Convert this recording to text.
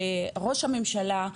לראש הממשלה,